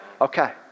Okay